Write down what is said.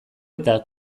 eta